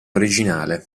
originale